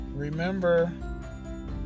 remember